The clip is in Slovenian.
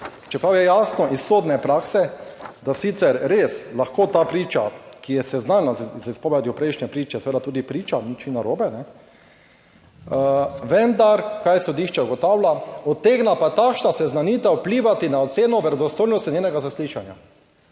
čeprav je jasno iz sodne prakse, da sicer res lahko ta priča, ki je seznanjena z odpovedjo prejšnje priče, seveda tudi priča, nič ni narobe, vendar kaj sodišče ugotavlja, utegne pa takšna seznanitev vplivati na oceno verodostojnosti njenega zaslišanja.